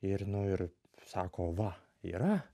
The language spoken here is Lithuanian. ir nu ir sako va yra